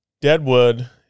Deadwood